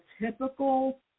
typical